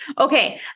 Okay